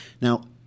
Now –